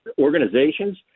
organizations